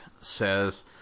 says